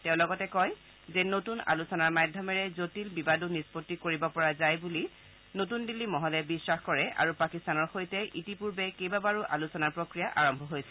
তেওঁ লগতে কয় যে নতুন আলোচনাৰ মাধ্যমেৰে জটিল বিবাদো নিষ্পত্তি কৰিব পৰা যায় বুলি নতুন দিল্লী মহলে বিখাস কৰে আৰু পাকিস্তানৰ সৈতে ইতিপূৰ্বে কেইবাবাৰো আলোচনাৰ প্ৰক্ৰিয়া আৰম্ভ হৈছে